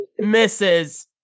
Mrs